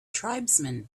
tribesmen